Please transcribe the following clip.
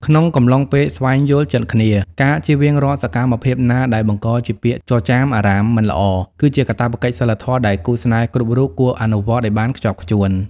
ក្នុងកំឡុងពេលស្វែងយល់ចិត្តគ្នា ការជៀសវាងរាល់សកម្មភាពណាដែលបង្កជាពាក្យចចាមអារ៉ាមមិនល្អ គឺជាកាតព្វកិច្ចសីលធម៌ដែលគូស្នេហ៍គ្រប់រូបគួរអនុវត្តឱ្យបានខ្ជាប់ខ្ជួន។